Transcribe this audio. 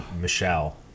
Michelle